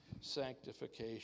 sanctification